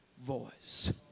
voice